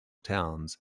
towns